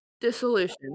Dissolution